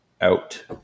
out